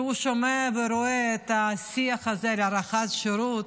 כשהוא שומע ורואה את השיח הזה על הארכת שירות,